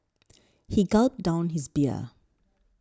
he gulped down his beer